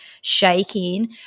shaking